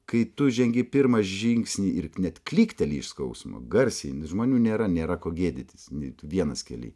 kai tu žengi pirmą žingsnį ir net klykteli iš skausmo garsiai žmonių nėra nėra ko gėdytis ne tu vienas kely